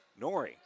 Nori